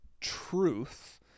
truth